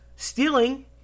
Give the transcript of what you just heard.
Stealing